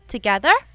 Together